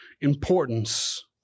importance